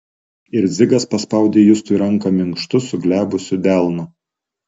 ir dzigas paspaudė justui ranką minkštu suglebusiu delnu